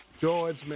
George